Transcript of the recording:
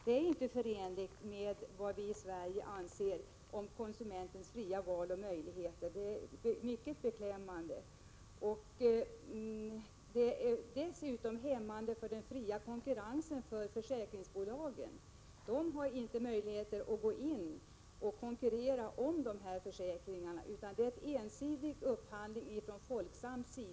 Det är inte förenligt med vad vi i Sverige anser om konsumentens fria val och möjligheter. Det är verkligen beklämmande. Systemet hämmar dessutom den fria konkurrensen mellan försäkringsbolagen. De har inte möjligheter att konkurrera om försäkringstagarna, utan det är fråga om en ensidig upphandling från Folksam.